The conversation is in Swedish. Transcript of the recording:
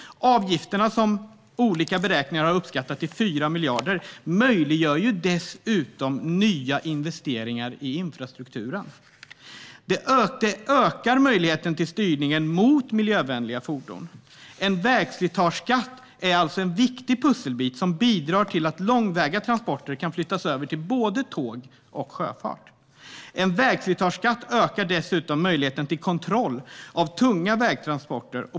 Avgifterna, som i olika beräkningar har uppskattats till 4 miljarder, möjliggör dessutom nya investeringar i infrastrukturen. Det ökar möjligheten till styrning mot miljövänliga fordon. En vägslitageskatt är alltså en viktig pusselbit som bidrar till att långväga transporter kan flyttas över till både tåg och sjöfart. En vägslitageskatt ökar dessutom möjligheten till kontroll av tunga vägtransporter.